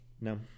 No